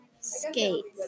skates